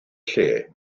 lle